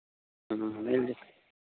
ह्म्म मिल जेतै